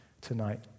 tonight